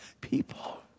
people